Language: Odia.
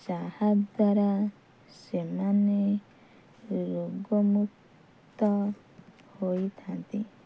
ଯାହାଦ୍ୱାରା ସେମାନେ ରୋଗମୁକ୍ତ ହୋଇଥାନ୍ତି